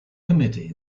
committee